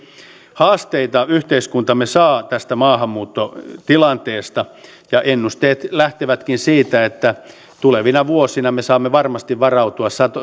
haasteita yhteiskuntamme saa tästä maahanmuuttotilanteesta ja ennusteet lähtevätkin siitä että tulevina vuosina me saamme varmasti varautua